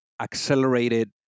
accelerated